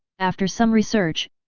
after some research,